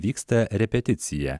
vyksta repeticija